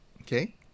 Okay